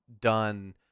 done